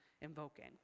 invoking